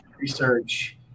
Research